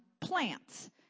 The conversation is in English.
plants